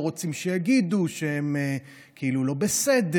לא רוצים שיגידו שהם כאילו לא בסדר,